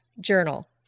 journal